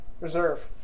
Reserve